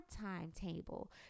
timetable